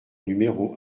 numéro